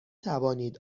توانید